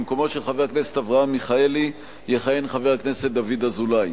במקומו של חבר הכנסת אברהם מיכאלי יכהן חבר הכנסת דוד אזולאי.